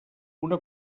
una